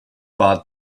bought